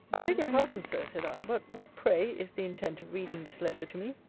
i beg your pardon, sir, said i but what, pray, is the intent of reading this letter to me?